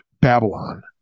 Babylon